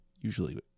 Usually